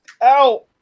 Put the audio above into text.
Ow